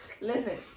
Listen